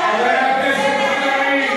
חבר הכנסת בן-ארי.